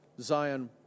Zion